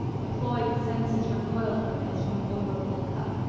the cloyed senses recoiled from it as from an overfull cup.